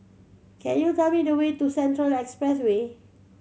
can you tell me the way to Central Expressway